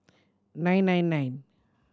nine nine nine